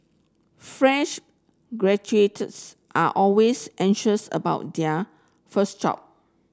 fresh graduates are always anxious about their first job